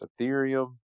Ethereum